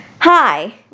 Hi